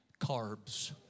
carbs